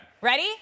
Ready